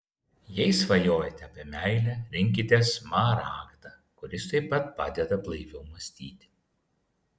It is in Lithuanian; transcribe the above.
jei svajojate apie meilę rinkitės smaragdą kuris taip pat padeda blaiviau mąstyti